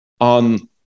on